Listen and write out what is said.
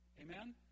Amen